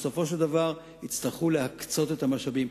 בסופו של דבר, יצטרכו להקצות את המשאבים.